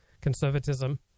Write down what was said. conservatism